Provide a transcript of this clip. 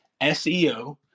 SEO